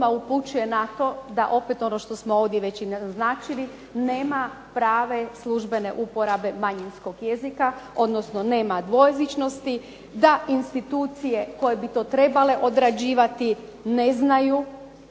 upućuje na to da, opet ono što smo ovdje već i naznačili, nema prave službene uporabe manjinskog jezika, odnosno nema dvojezičnosti da institucije koje bi to trebale odrađivati ne znaju